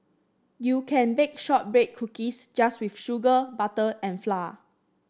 you can bake shortbread cookies just with sugar butter and flour